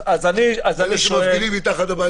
גם הם לא מקבלים כסף מהמדינה.